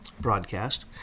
broadcast